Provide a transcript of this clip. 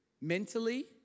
mentally